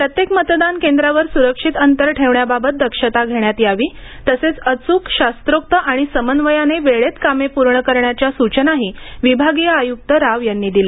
प्रत्येक मतदान केंद्रावर सुरक्षित अंतर ठेवण्याबाबत दक्षता घेण्यात यावी तसेच अचूक शास्त्रोक्त आणि समन्वयाने वेळेत कामे पूर्ण करण्याच्या सूचनाही विभागीय आयुक्त राव यांनी दिल्या